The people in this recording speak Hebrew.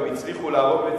הם הצליחו להרוג,